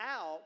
out